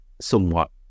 somewhat